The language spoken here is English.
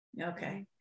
Okay